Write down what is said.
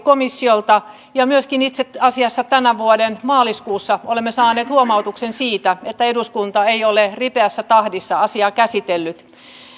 komissiolta ja myöskin itse asiassa tämän vuoden maaliskuussa olemme saaneet huomautuksen siitä että eduskunta ei ole ripeässä tahdissa asiaa käsitellyt